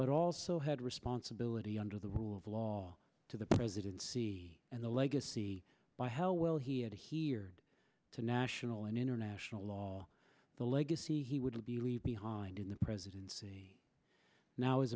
but also had responsibility under the rule of law to the presidency and the legacy by how well he had here to national and international law the legacy he would be leave behind in the presidency now as